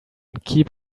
keep